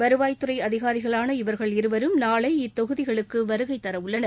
வருவாய்த்துறை அதிகாரிகளான இவர்கள் இருவரும் நாளை இத்தொகுதிகளுக்கு வருகைத்தர உள்ளனர்